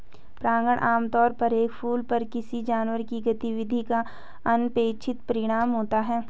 परागण आमतौर पर एक फूल पर किसी जानवर की गतिविधि का अनपेक्षित परिणाम होता है